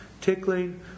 tickling